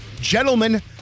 Gentlemen